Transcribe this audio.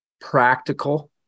practical